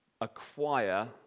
acquire